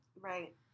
Right